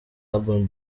urban